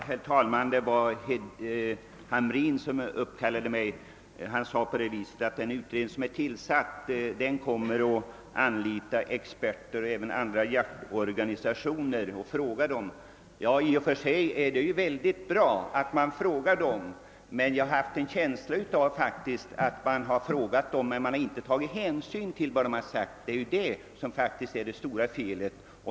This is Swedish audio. Herr talman! Det var herr Hamrin i Kalmar som uppkallade mig. Han sade att utredningen kommer att rådfråga experter och företrädare även för andra jaktorganisationer. I och för sig är det mycket bra att man frågar dessa personer. Jag har emellertid en känsla av att när man tidigare frågat dem, så har man inte tagit hänsyn till vad de sagt. Det är det som är det stora felet.